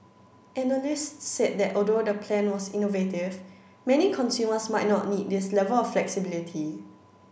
analysts said that although the plan was innovative many consumers might not need this level of flexibility